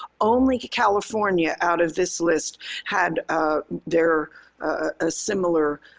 only california out of this list had ah their ah similar